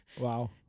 Wow